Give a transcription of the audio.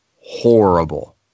horrible